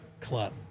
club